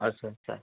আচ্ছা আচ্ছা